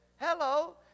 Hello